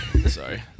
sorry